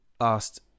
asked